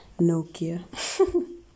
Nokia